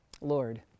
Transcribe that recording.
Lord